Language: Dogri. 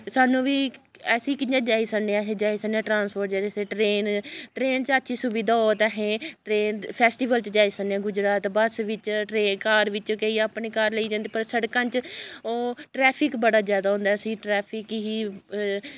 साह्नू बी अस कि'यां जाई सकने आं अस जाई सकने आं ट्रांस्पोर्ट जरियै से ट्रेन ट्रेन च अच्छी सुविधा होऐ ते अस ट्रेन फैसटिवल च जाई सकने आं गुजरात बस्स बिच्च ट्रे कार बिच्च केईं अपनी कार लेई जंदे पर सड़कां च ओह् ट्रैफिक बड़ा होंदा ऐ असें ट्रैफिक गी